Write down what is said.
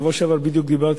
בדיוק בשבוע שעבר דיברתי,